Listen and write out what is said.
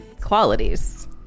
qualities